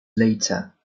later